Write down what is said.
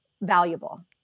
valuable